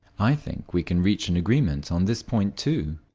i think we can reach an agreement on this point too.